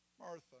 Martha